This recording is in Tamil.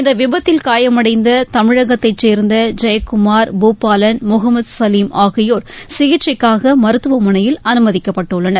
இந்த விபத்தில் காயமடைந்த தமிழகத்தை சேர்ந்த ஜெய்குமார் பூபாலன் மொஹமத் சலீம் ஆகியோர் சிகிச்சைக்காக மருத்துவமனையில் அனுமதிக்கப்பட்டுள்ளனர்